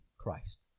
Christ